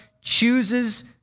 chooses